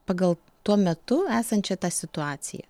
pagal tuo metu esančią tą situaciją